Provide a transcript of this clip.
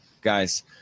guys